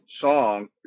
song